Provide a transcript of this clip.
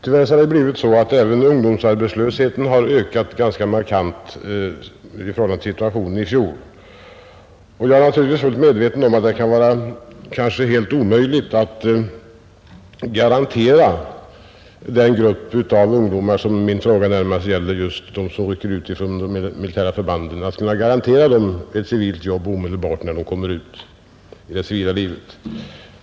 Tyvärr har även ungdomsarbetslösheten ökat ganska markant i förhållande till situationen i fjol. Jag är naturligtvis fullt medveten om att det kanske kan vara helt omöjligt att garantera den grupp av ungdomar som min fråga närmast gäller, nämligen de som rycker ut från de militära förbanden, ett civilt jobb omedelbart när de kommer ut i det civila livet.